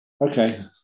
Okay